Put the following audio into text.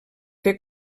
fer